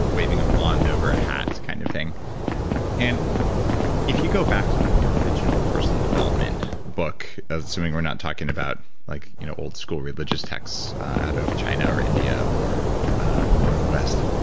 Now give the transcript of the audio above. ah waving a wand over a hat kind of thing and if you go back to like the original personal development book, assuming we're not talking about like you know old school religious texts out of china or india or or the west,